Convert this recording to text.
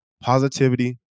positivity